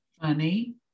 Funny